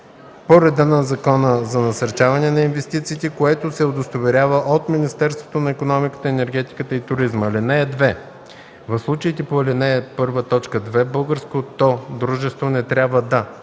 по реда на Закона за насърчаване на инвестициите, което се удостоверява от Министерството на икономиката, енергетиката и туризма. (2) В случаите по ал. 1, т. 2 българското дружество не трябва да: